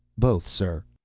both, sir.